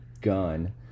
gun